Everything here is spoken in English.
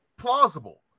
plausible